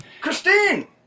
Christine